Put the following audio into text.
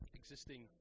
existing